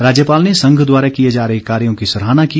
राज्यपाल ने संघ द्वारा किए जा रहे कार्यो की सराहना की